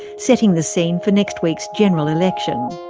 setting the scene for next week's general election.